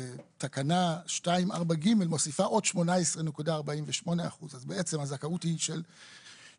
תקנה 2(4)(ג) מוסיפה עוד 18.48% אז בעצם הזכאות היא של 68.48%